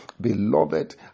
beloved